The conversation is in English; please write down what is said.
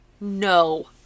No